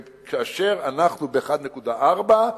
שכאשר אנחנו ב-1.4,